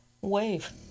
Wave